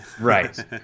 right